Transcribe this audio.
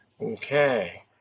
Okay